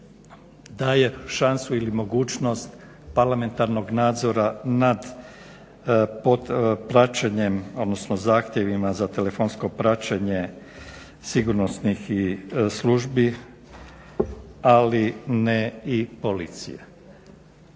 daje šansu ili mogućnost parlamentarnog nadzora nad praćenjem, odnosno zahtjevima za telefonsko praćenje sigurnosnih službi ali ne i policije.